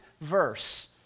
verse